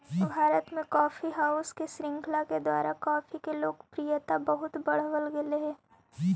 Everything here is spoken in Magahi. भारत में कॉफी हाउस के श्रृंखला के द्वारा कॉफी के लोकप्रियता बहुत बढ़बल गेलई हे